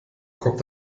kommt